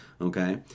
okay